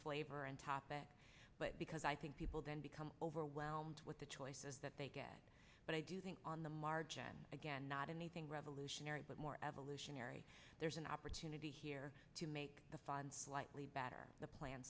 flavor and topic but because i think people don't become overwhelmed with the choices that they get but i do think on the margin again not anything revolutionary but more evolutionary there's an opportunity here to make a find slightly better